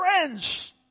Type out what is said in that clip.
Friends